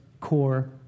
core